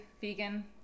vegan